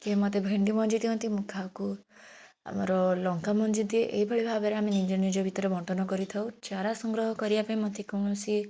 କିଏ ମୋତେ ଭେଣ୍ଡି ମଞ୍ଜି ଦିଅନ୍ତି ମୁଁ କାହାକୁ ଆମର ଲଙ୍କାମଞ୍ଜି ଦିଏ ଏହି ଭଳି ଭାବରେ ଆମେ ନିଜ ନିଜ ଭିତରେ ବଣ୍ଟନ କରିଥାଉ ଚାରା ସଂଗ୍ରହ କରିବା ପାଇଁ ମୋତେ କୌଣସି